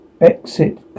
Exit